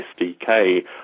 SDK